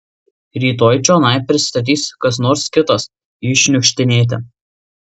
rytoj čionai prisistatys kas nors kitas jį šniukštinėti